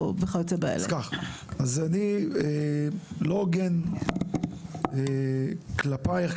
אז אני לא הוגן כלפיך,